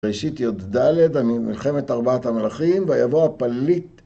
בראשית י"ד, ממלחמת ארבעת המלאכים, ויבוא הפליט.